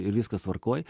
ir viskas tvarkoj